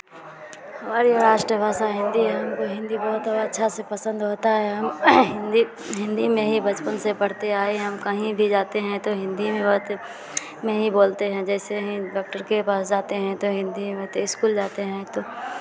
हमारी राष्ट्र भाषा हिन्दी है हमको हिन्दी बहुत अच्छा से पसंद होता है हम हिन्दी हिन्दी में ही बचपन से पढ़ते आए हैं हम कहीं भी जाते हैं तो हिन्दी में बात में ही बोलते हैं जैसे डॉक्टर के पास जाते हैं तो हिन्दी में तो इस्कूल जाते हैं तो